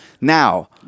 Now